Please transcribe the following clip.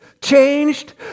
changed